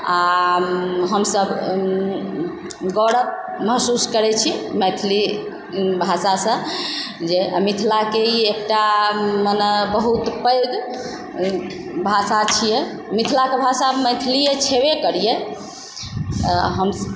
आ हमसभ गौरव महसूस करैत छी मैथिली भाषासँ जे मिथिलाके ई एकटा मने बहुत पैघ भाषा छियै मिथलाके भाषा मैथिली छेबय करय हम